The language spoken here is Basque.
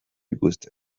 ikusten